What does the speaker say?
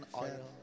oil